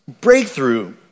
breakthrough